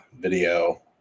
video